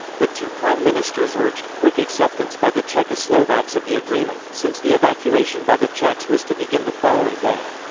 the two prime ministers urged quick acceptance by the czechoslovaks of the agreement, since the evacuation by the czechs was to begin the following day.